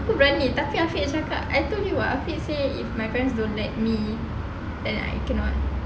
aku berani tapi afiq cakap I told you [what] afiq say if my parents don't let me then I cannot